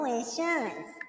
insurance